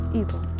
evil